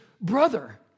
brother